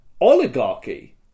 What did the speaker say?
Oligarchy